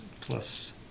plus